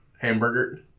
Hamburger